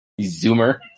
Zoomer